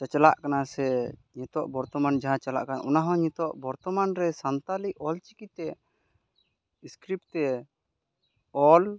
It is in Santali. ᱪᱟᱪᱟᱞᱟᱜ ᱠᱟᱱᱟ ᱥᱮ ᱱᱤᱛᱚᱜ ᱵᱚᱨᱛᱚᱢᱟᱱ ᱡᱟᱦᱟᱸ ᱪᱟᱞᱟᱜ ᱠᱟᱱᱟ ᱚᱱᱟ ᱦᱚᱸ ᱱᱤᱛᱚᱜ ᱵᱚᱨᱛᱚᱢᱟᱱ ᱨᱮ ᱥᱟᱱᱛᱟᱲᱤ ᱚᱞᱪᱤᱠᱤ ᱛᱮ ᱤᱥᱠᱨᱤᱯ ᱛᱮ ᱚᱞ